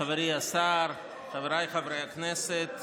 חברי השר, חבריי חברי הכנסת,